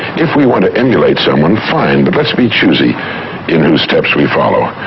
if we want to emulate someone, fine. but let's be choosy in whose steps we follow.